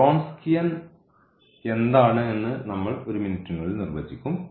Wronskian എന്താണ് എന്ന് നമ്മൾ ഒരു മിനിറ്റിനുള്ളിൽ നിർവചിക്കും